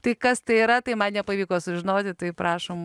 tai kas tai yra tai man nepavyko sužinoti tai prašom